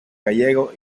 gallego